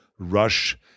rush